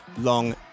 long